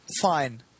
Fine